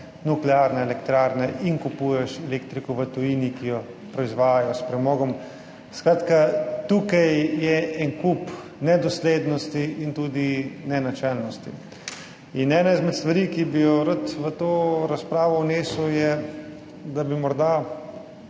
nuklearne elektrarne in kupuješ elektriko v tujini, ki jo proizvajajo s premogom. Skratka, tu je cel kup nedoslednosti in tudi nenačelnosti. Ena izmed stvari, ki bi jo rad v to razpravo vnesel, je, da bi morda